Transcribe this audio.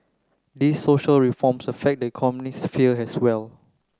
these social reforms affect the economic sphere as well